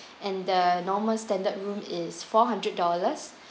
and the normal standard room is four hundred dollars